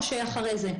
או שאחרי זה?